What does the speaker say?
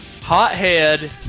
hothead